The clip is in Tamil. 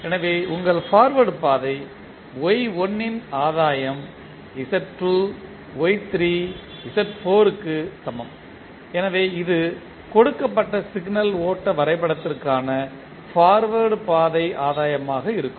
எனவே உங்கள் பார்வேர்ட் பாதை Y1 ன் ஆதாயம் Z2 Y3 Z4 க்கு சமம் எனவே இது கொடுக்கப்பட்ட சிக்னல் ஓட்ட வரைபடத்திற்கான பார்வேர்ட் பாதை ஆதாயமாக இருக்கும்